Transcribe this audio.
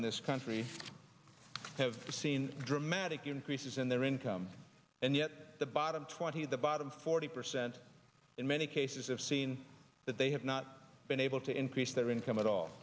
in this country have seen dramatic increases in their income and yet the bottom twenty the bottom forty percent in many cases have seen that they have not been able to increase their income at all